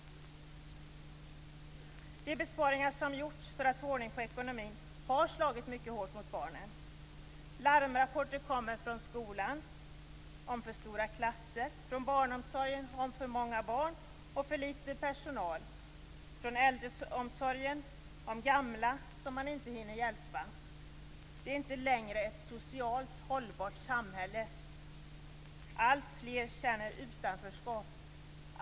De besparingar som gjorts för att få ordning på ekonomin har slagit mycket hårt mot barnen. Larmrapporter kommer från skolan om för stora klasser, från barnomsorgen om för många barn och för litet personal och från äldreomsorgen om gamla som man inte hinner hjälpa. Det är inte längre ett socialt hållbart samhälle. Alltfler känner utanförskap.